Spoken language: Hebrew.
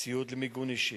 ציוד למיגון אישי,